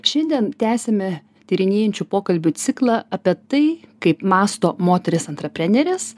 šiandien tęsiame tyrinėjančių pokalbių ciklą apie tai kaip mąsto moterys antraprenerės